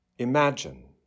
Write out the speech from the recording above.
Imagine